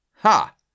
Ha